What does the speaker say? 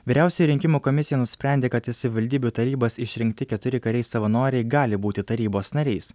vyriausioji rinkimų komisija nusprendė kad į savivaldybių tarybas išrinkti keturi kariai savanoriai gali būti tarybos nariais